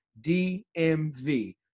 dmv